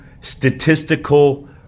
statistical